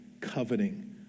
coveting